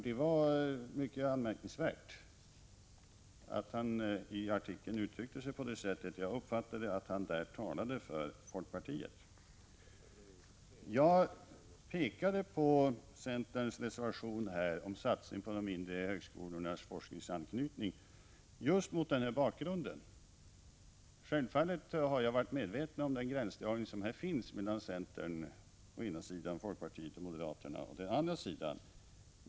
Det var mycket anmärkningsvärt att han i artikeln uttryckte sig på det sättet. Jag uppfattade det så, att han där talade för folkpartiet. Jag pekade på centerns reservation om satsning på de mindre högskolornas forskningsanknytning just mot den här bakgrunden. Självfallet är jag medveten om den gräns som här går mellan centern å ena sidan och folkpartiet och moderaterna å den andra sidan.